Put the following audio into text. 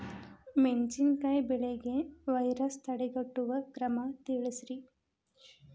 ಮೆಣಸಿನಕಾಯಿ ಬೆಳೆಗೆ ವೈರಸ್ ತಡೆಗಟ್ಟುವ ಕ್ರಮ ತಿಳಸ್ರಿ